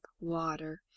water